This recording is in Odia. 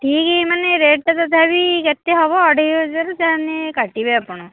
ଠିକ୍ ମାନେ ରେଟ୍ ଟା ତଥାପି କେତେ ହେବ ଅଢ଼େଇ ହଜାର ତାମାନେ କାଟିବେ ଆପଣ